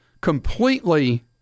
completely